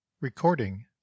Recording